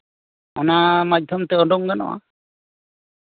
ᱚᱱᱟ ᱢᱟᱫᱽᱫᱷᱚᱢ ᱛᱮ ᱩᱰᱩᱠ ᱜᱟᱱᱚᱜᱼᱟ